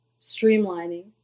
streamlining